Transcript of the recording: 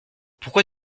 pourquoi